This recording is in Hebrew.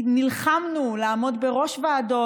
נלחמנו לעמוד בראש ועדות.